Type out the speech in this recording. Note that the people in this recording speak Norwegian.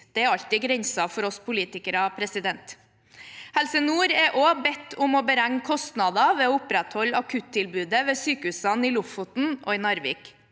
Det er alltid grensen for oss politikere. Helse nord er også bedt om å beregne kostnaden av å opprettholde akuttilbudet ved sykehusene i Lofoten og Narvik.